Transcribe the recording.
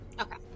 Okay